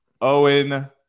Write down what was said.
Owen